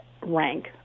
rank